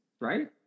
right